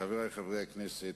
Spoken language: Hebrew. חברי חברי הכנסת,